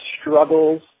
struggles